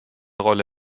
rolle